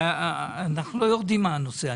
ואנחנו לא יורדים מהנושא.